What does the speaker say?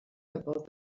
about